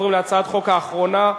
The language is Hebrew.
הצעת חוק גיל פרישה (תיקון,